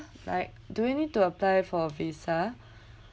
like do we need to apply for a visa